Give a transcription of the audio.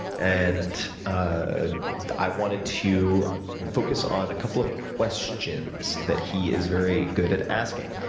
and ah i wanted to focus on a couple of questions that he is very good at asking.